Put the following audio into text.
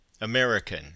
American